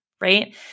right